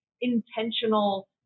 intentional